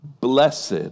blessed